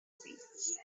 space